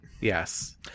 Yes